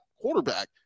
quarterback